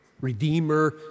redeemer